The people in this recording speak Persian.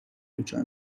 دچار